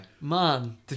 man